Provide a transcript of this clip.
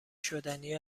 شدنی